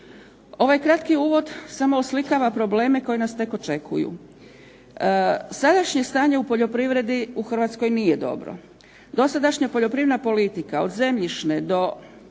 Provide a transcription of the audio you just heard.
Ovaj kratki uvod samo oslikava probleme koji nas tek očekuju. Sadašnje stanje u poljoprivredi u Hrvatskoj nije dobro. Dosadašnja poljoprivredna politika od zemljišne do